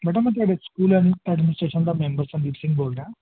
ਬੇਟਾ ਮੈਂ ਤੁਹਾਡੇ ਸਕੂਲ ਐਡ ਐਡਮੀਸਟੇਸ਼ਨ ਦਾ ਮੈਂਬਰ ਸੰਦੀਪ ਸਿੰਘ ਬੋਲ ਰਿਹਾ